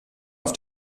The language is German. auf